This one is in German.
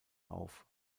auf